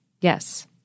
Yes